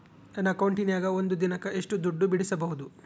ನನ್ನ ಅಕೌಂಟಿನ್ಯಾಗ ಒಂದು ದಿನಕ್ಕ ಎಷ್ಟು ದುಡ್ಡು ಬಿಡಿಸಬಹುದು?